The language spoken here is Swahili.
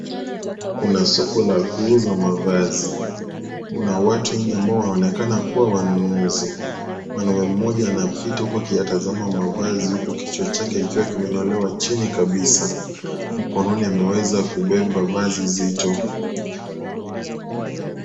Kuna soko la kuuza mavazi, muna watu wenye ambao wanaonekana kuwa wanunuzi, mwanamme mmoja anapita huku akiyatazama mavazi huku kichwa chake kikiwa kimenyolewa chini kabisa, mkononi ameweza kubeba vazi zito.